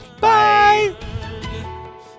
Bye